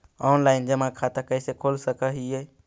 Online जमा खाता कैसे खोल सक हिय?